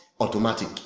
automatic